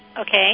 Okay